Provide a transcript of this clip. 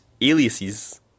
aliases